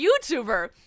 YouTuber